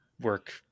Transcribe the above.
work